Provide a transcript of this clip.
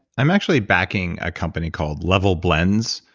i'm actually backing a company called level blends,